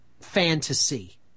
fantasy